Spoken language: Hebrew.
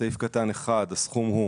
בסעיף קטן (1) הסכום הוא